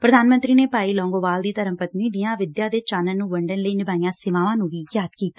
ਪ੍ਰਧਾਨ ਮੰਤਰੀ ਨੇ ਭਾਈ ਲੌਗੋਵਾਲ ਦੀ ਧਰਮ ਪਤਨੀ ਦੀਆਂ ਵਿਦਿਆ ਦੇ ਚਾਨਣ ਨੁੰ ਵੰਡਣ ਲਈ ਨਿਭਾਈਆਂ ਸੇਵਾਵਾਂ ਨੁੰ ਵੀ ਯਾਦ ਕੀਤਾ